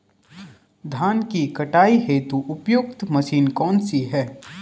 धान की कटाई हेतु उपयुक्त मशीन कौनसी है?